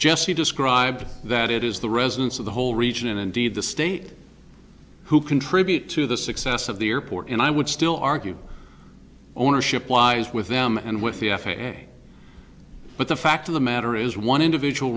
jesse described that it is the residents of the whole region and indeed the state who contribute to the success of the airport and i would still argue ownership lies with them and with the f a a but the fact of the matter is one individual